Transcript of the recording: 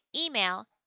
Email